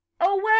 away